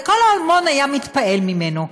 וכל הארמון היה מתפעל ממנו.